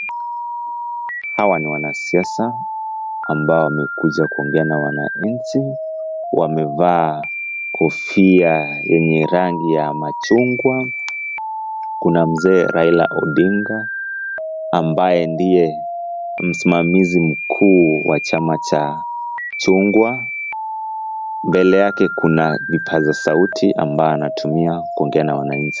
Hawa ni wanasiasa ambao wamekuja kuongea na wananchi, wamevaa kofia yenye rangi ya machungwa, kuna Mzee Raila Odinga ambaye ndiye msimamizi mkuu wa chama cha chungwa, mbele yake kuna vipaza sauti ambavyo anatumia kuongea na wananchi.